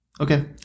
okay